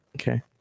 Okay